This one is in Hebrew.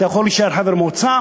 אתה יכול להישאר חבר מועצה.